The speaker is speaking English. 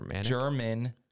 German